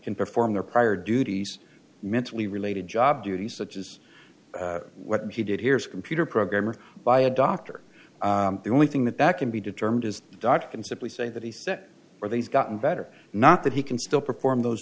can perform their prior duties mentally related job duties such as what he did here's a computer programmer by a doctor the only thing that that can be determined is dot and simply say that he set for these gotten better not that he can still perform those